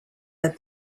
that